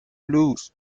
loose